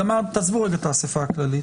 תעזבו את האסיפה הכללית.